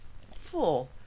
full